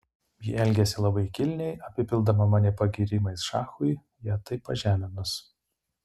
ji elgėsi labai kilniai apipildama mane pagyrimais šachui ją taip pažeminus